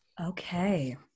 Okay